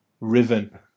Riven